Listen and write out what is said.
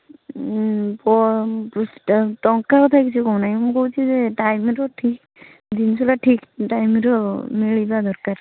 ଟଙ୍କା କଥା କିଛି କହୁନାହିଁ ମୁଁ କହୁଛି ଯେ ଟାଇମ୍ରୁ ଠିକ୍ ଜିନିଷଟା ଠିକ୍ ଟାଇମ୍ରେ ମିଳିଯିବା ଦରକାର